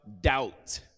doubt